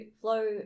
flow